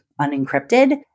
unencrypted